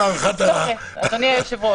לא קיבלתי תזכורת, אדוני היושב-ראש.